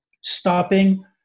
stopping